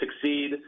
succeed